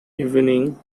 evening